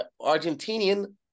Argentinian